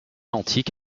antique